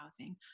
housing